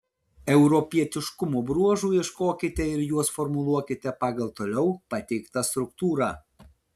europietiškumo bruožų ieškokite ir juos formuluokite pagal toliau pateiktą struktūrą